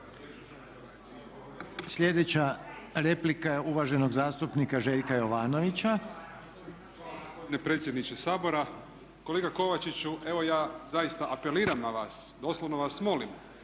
Sljedeća replika je uvaženog zastupnika Željka Jovanovića. **Jovanović, Željko (SDP)** Štovani predsjedniče Sabora, kolega Kovačiću evo ja zaista apeliram na vas, doslovno vas molim,